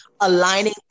aligning